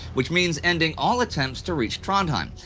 which means ending all attempts to reach trondheim.